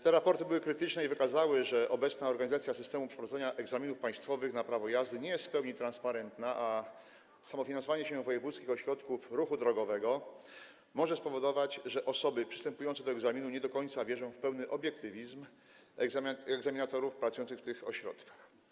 Te raporty były krytyczne i wykazały, że obecna organizacja systemu prowadzenia egzaminów państwowych na prawo jazdy nie jest w pełni transparentna, a samofinansowanie się wojewódzkich ośrodków ruchu drogowego może spowodować, że osoby przystępujące do egzaminu nie do końca wierzą w pełny obiektywizm egzaminatorów pracujących w tych ośrodkach.